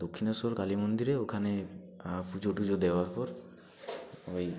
দক্ষিণেশ্বর কালী মন্দিরে ওখানে পুজো টুজো দেওয়ার পর ওই